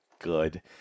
good